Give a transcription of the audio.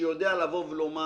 שיודע לבוא ולומר